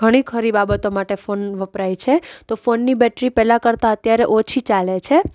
ઘણી ખરી બાબતો માટે ફોન વપરાય છે તો ફોનની બેટરી પહેલાં કરતાં અત્યારે ઓછી ચાલે છે